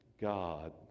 God